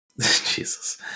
Jesus